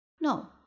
no